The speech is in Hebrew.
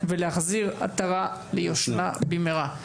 ושנחזיר עטרה ליושנה במהרה.